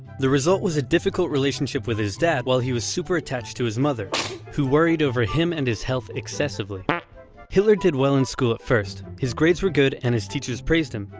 the result was a difficult relationship with his dad while he was super attached to his mother who worried over him and his health excessively hitler did well in school. at first, his grades were good and his teachers praised him.